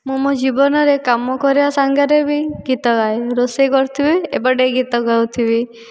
ମୁଁ ମୋ ଜୀବନରେ କାମ କରିବା ସାଙ୍ଗରେ ଭି ଗୀତ ଗାଏ ରୋଷେଇ କରୁଥିବି ଏପଟେ ଗୀତ ଗାଉଥିବି